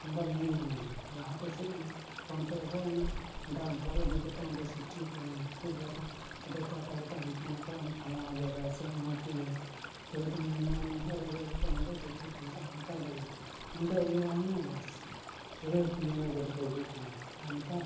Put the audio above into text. mobile ᱧᱮᱞ ᱧᱟᱢᱮᱫ ᱜᱮᱭᱟᱢ ᱟᱨ ᱞᱟᱦᱟᱛᱮ ᱪᱮᱫ ᱵᱟᱝ ᱯᱷᱳᱱᱛᱮ ᱨᱚᱯᱚᱲ ᱚᱱᱟ ᱰᱟᱠᱜᱷᱚᱨ ᱤᱫᱤ ᱠᱟᱛᱮᱫ ᱚᱸᱰᱮ ᱪᱤᱴᱷᱤ ᱠᱳᱞᱢᱮ ᱠᱳᱞ ᱠᱟᱛᱮᱫ ᱛᱚᱵᱮ ᱛᱚ ᱟᱛᱟ ᱯᱟᱛᱟ ᱦᱟᱱᱠᱟ ᱱᱟᱝᱠᱟ ᱩᱢᱩᱠ ᱯᱷᱟᱞᱱᱟ ᱡᱟᱭᱜᱟ ᱥᱮ ᱩᱢᱩᱠ ᱤᱭᱟᱹ ᱛᱚᱵᱮᱛᱚᱢ ᱧᱟᱢᱮᱭᱟ ᱱᱩᱭ ᱦᱚᱲ ᱤᱭᱟᱹ ᱠᱟᱛᱮᱫ ᱱᱚᱰᱮ ᱪᱤᱴᱷᱤ ᱯᱚᱦᱪᱟᱜᱼᱟ ᱱᱮᱛᱟᱨ ᱫᱚ ᱡᱟᱦᱟᱸᱭ ᱱᱚᱰᱮ ᱤᱭᱟᱹ ᱟᱭ ᱢᱮ ᱵᱟᱥ ᱯᱩᱨᱟᱹ ᱯᱤᱭᱚᱱ ᱚᱱᱟ ᱜᱟᱹᱰᱤᱛᱮ ᱤᱫᱤ ᱦᱚᱴᱚᱢᱟᱭ ᱟᱨ ᱱᱮᱛᱟᱨ